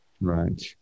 Right